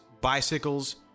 bicycles